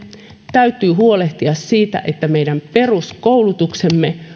täytyy huolehtia siitä että meidän peruskoulutuksemme